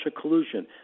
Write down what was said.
collusion